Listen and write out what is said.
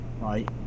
right